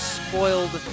spoiled